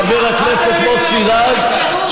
חבר הכנסת מוסי רז,